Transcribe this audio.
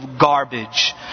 garbage